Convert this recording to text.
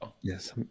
yes